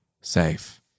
safe